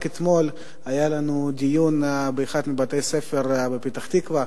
רק אתמול היה לנו דיון על אחד מבתי הספר בפתח-תקווה.